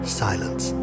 silence